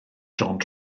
john